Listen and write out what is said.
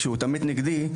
שהוא תמיד נגדי,